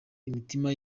imitima